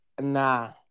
Nah